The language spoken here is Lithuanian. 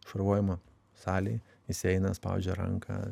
šarvojimo salėj visi eina spaudžia ranką